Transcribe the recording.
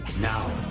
Now